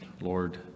Lord